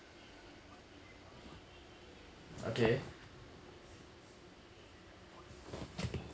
okay